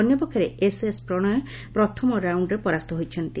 ଅନ୍ୟପକ୍ଷରେ ଏସ୍ଏସ୍ ପ୍ରଣୟ ପ୍ରଥମ ରାଉଣ୍ଡ୍ରେ ପରାସ୍ତ ହୋଇଛନ୍ତି